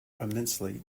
immensely